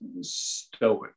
stoic